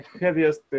heaviest